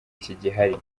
kigihari